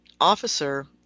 officer